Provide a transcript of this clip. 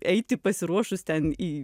eiti pasiruošus ten į